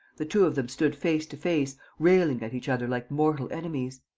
the two of them stood face to face, railing at each other like mortal enemies.